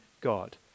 God